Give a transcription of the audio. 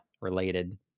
related